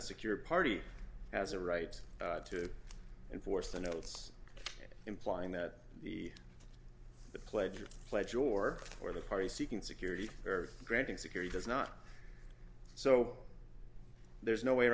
a secure party has a right to enforce the notes implying that the pledge of pledge or for the party seeking security or granting security does not so there's no way